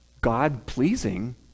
God-pleasing